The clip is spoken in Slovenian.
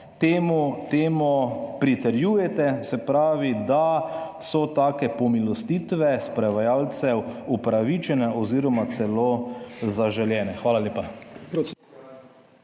temu pritrjujete, se pravi, da so take pomilostitve sprovajalcev upravičene oziroma celo zaželene. Hvala lepa.